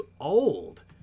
old